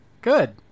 good